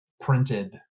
printed